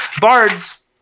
bards